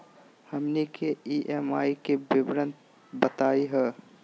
हमनी के ई.एम.आई के विवरण बताही हो?